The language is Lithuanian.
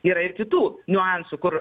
yra ir kitų niuansų kur